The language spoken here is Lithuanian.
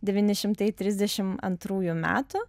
devyni šimtai trisdešim antrųjų metų